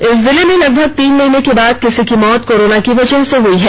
इस जिले में लगभग तीन महीने के बाद किसी की मौत कोरोना की वजह से हुई है